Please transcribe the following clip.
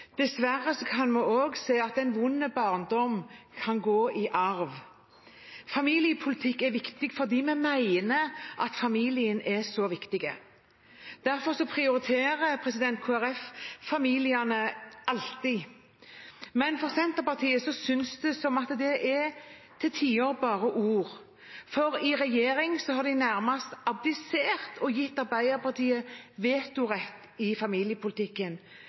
Dessverre kan vi også se at en vond barndom kan gå i arv. Familiepolitikk er viktig fordi vi mener at familien er så viktig. Derfor prioriterer Kristelig Folkeparti familiene alltid, men for Senterpartiet synes det til tider å være bare ord, for i regjering har de nærmest abdisert og gitt Arbeiderpartiet vetorett i familiepolitikken.